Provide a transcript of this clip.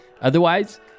Otherwise